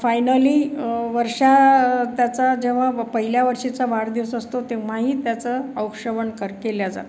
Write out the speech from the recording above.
finally वर्षा त्याचा जेव्हा पहिल्या वर्षीचा वाढदिवस असतो तेव्हाही त्याचं औक्षवण कर केलं जातं